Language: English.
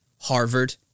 Harvard